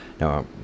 Now